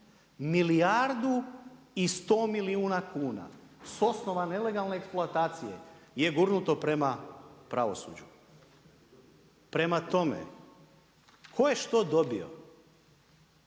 Milijardu i sto milijuna kuna s osnova nelegalne eksploatacije je gurnuto prema pravosuđu. Prema tome, tko je što dobio